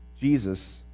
Jesus